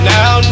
Now